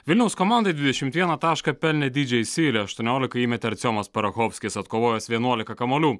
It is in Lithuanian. vilniaus komandai dvidešimt vieną tašką pelnė didžei syli aštuonioliką įmetė artiomas parachovskis atkovojęs vienuolika kamuolių